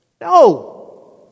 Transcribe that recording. No